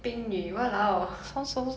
冰女 !walao!